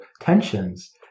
tensions